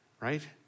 right